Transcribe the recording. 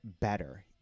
better